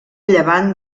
llevant